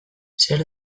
zer